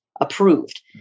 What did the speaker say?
approved